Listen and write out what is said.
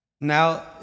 Now